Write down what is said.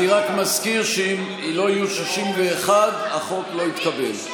אני רק מזכיר שאם לא יהיו 61, החוק לא יתקבל.